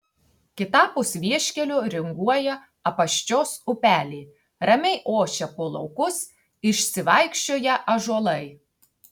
kitapus vieškelio ringuoja apaščios upelė ramiai ošia po laukus išsivaikščioję ąžuolai